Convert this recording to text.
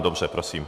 Dobře, prosím.